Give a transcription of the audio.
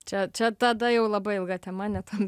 čia čia tada jau labai ilga tema ne tam